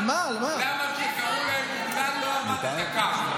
למה כשקראו להם "מוגלה", לא אמרת את זה כאן?